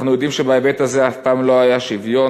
אנחנו יודעים שבהיבט הזה אף פעם לא היה שוויון.